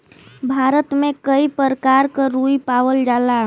भारत में कई परकार क रुई पावल जाला